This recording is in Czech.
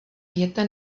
věta